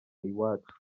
iwacu